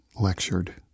lectured